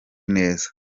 neza